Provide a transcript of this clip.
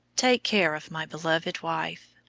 take care of my beloved wife.